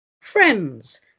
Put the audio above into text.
friends